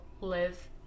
live